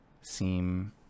seem